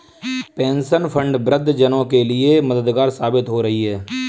pension fund वृद्ध जनों के लिए मददगार साबित हो रही है